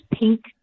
pink